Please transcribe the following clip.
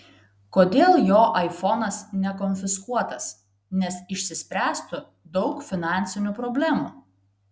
kodėl jo aifonas nekonfiskuotas nes išsispręstų daug finansinių problemų